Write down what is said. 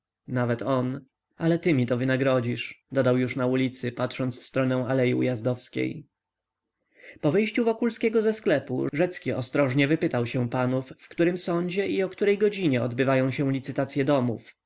nawet on ale ty mi to wynagrodzisz dodał już na ulicy patrząc w stronę alei ujazdowskiej po wyjściu wokulskiego ze sklepu rzecki ostrożnie wypytał się panów w którym sądzie i o której godzinie odbywają się licytacye domów